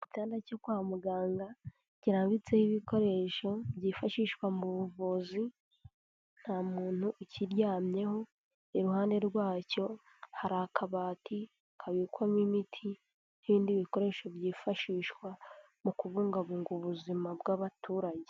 Igitanda cyo kwa muganga kirambitseho ibikoresho byifashishwa mu buvuzi nta muntu ukiryamyeho, iruhande rwacyo hari akabati kabikwamo imiti n'ibindi bikoresho byifashishwa mu kubungabunga ubuzima bw'abaturage.